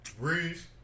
Breeze